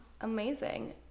Amazing